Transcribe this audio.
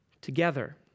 together